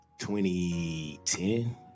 2010